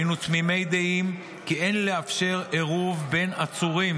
היינו תמימי דעים כי אין לאפשר עירוב בין עצורים